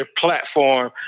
platform